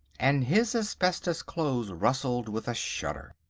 and his asbestos clothes rustled with a shudder.